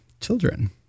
children